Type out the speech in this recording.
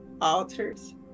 altars